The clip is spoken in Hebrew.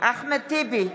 אחמד טיבי,